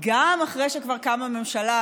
גם אחרי שכבר קמה ממשלה,